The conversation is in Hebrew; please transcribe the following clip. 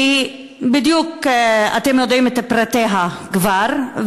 שאתם כבר יודעים את פרטיה בדיוק,